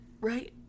Right